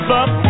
up